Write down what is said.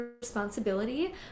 responsibility